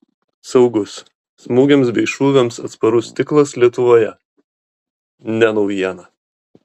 saugus smūgiams bei šūviams atsparus stiklas lietuvoje ne naujiena